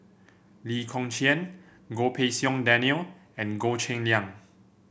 Lee Kong Chian Goh Pei Siong Daniel and Goh Cheng Liang